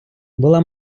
була